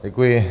Děkuji.